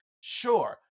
sure